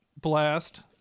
blast